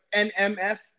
NMF